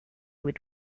with